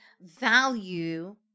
value